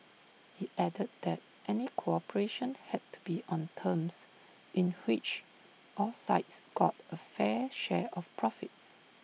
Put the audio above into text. he added that any cooperation had to be on terms in which all sides got A fair share of profits